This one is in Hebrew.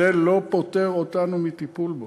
זה לא פוטר אותנו מטיפול בו.